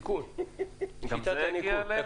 תיקון שיטת הניקוד.